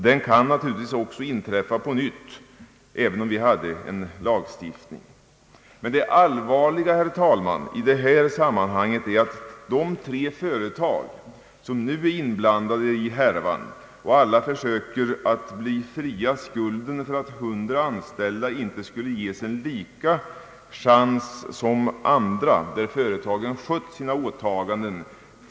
Den kunde naturligtvis också uppstå på nytt, även om vi hade en lagstiftning. Men, herr talman, det allvarliga i detta sammanhang är att de tre företag som nu är inblandade i härvan alla försöker bli fria från skulden för att 100 anställda inte får samma chans att beredas nytt arbete som andra, anställda i företag som skött sina åtaganden.